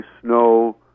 snow